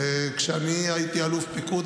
כשאני הייתי אלוף פיקוד,